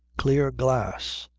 clear glass.